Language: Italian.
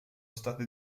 state